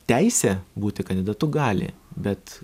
teisę būti kandidatu gali bet